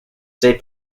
state